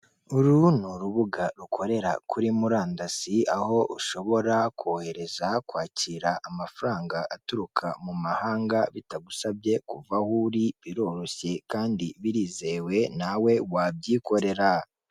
Uru ni urubuga rukorera kuri murandasi aho ushobora kohereza kwakira amafaranga aturuka mu mahanga bitagusabye kuva aho uri, biroroshye kandi birizewe nawe wabyikorera.